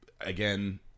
again